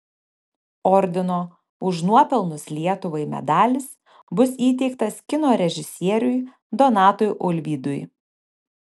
ordino už nuopelnus lietuvai medalis bus įteiktas kino režisieriui donatui ulvydui